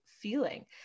feeling